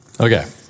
Okay